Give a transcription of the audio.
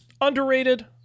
underrated